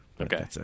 Okay